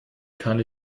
kann